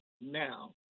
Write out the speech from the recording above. now